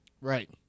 right